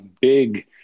big